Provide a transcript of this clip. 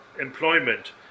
employment